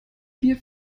wir